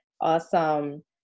Awesome